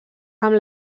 amb